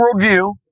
worldview